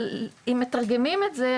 אבל אם מתרגמים את זה,